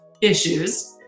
issues